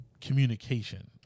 communication